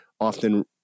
often